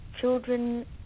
children